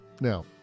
Now